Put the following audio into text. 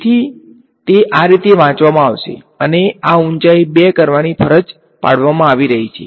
તેથી તે આ રીતે વાંચવામાં આવશે અને આ ઊંચાઈ 2 કરવાની ફરજ પાડવામાં આવી રહી છે